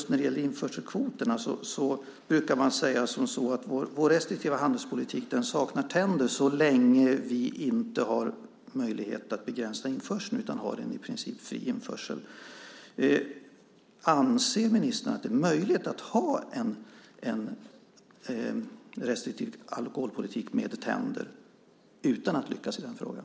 När det gäller införselkvoterna brukar man säga att vår restriktiva handelspolitik saknar tänder så länge vi inte har möjlighet att begränsa införseln utan har en i princip fri införsel. Anser ministern att det är möjligt att ha en restriktiv alkoholpolitik med tänder utan att lyckas i den frågan?